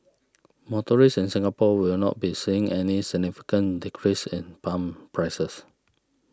motorists in Singapore will not be seeing any significant decrease in pump prices